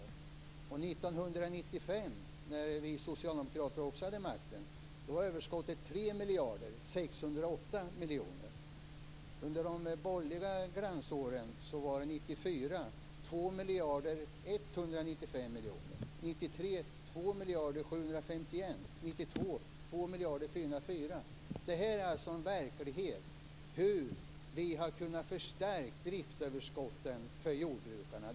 1995, då vi socialdemokrater också hade makten, var överskottet 3 608 miljoner. Under de borgerliga glansåren var det 1994 ett överskott på 2 195 miljoner, 1993 på 2 751 miljoner och Det här är en verklighet, hur vi har kunnat förstärka driftsöverskotten för jordbrukarna.